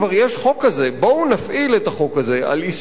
בואו נפעיל את החוק הזה על איסור מימון